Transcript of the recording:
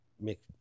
make